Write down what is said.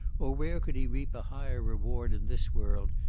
or where could he reap a higher reward in this world,